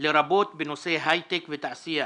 לרבות בנושא היי-טק ותעשייה.